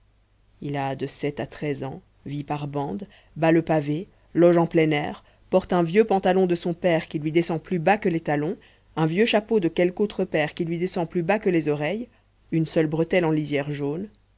il a de sept à treize ans vit par bandes bat le pavé loge en plein air porte un vieux pantalon de son père qui lui descend plus bas que les talons un vieux chapeau de quelque autre père qui lui descend plus bas que les oreilles une seule bretelle en lisière jaune